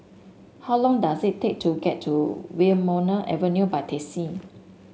how long does it take to get to Wilmonar Avenue by taxi